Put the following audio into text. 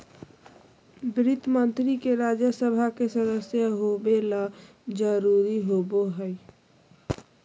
वित्त मंत्री के राज्य सभा के सदस्य होबे ल जरूरी होबो हइ